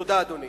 תודה, אדוני.